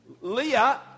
Leah